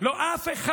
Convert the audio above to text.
לא אף אחד.